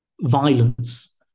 violence